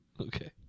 Okay